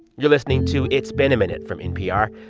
you're listening to it's been a minute from npr.